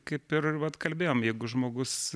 kaip ir vat kalbėjom jeigu žmogus